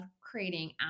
creating